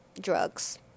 drugs